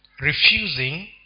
refusing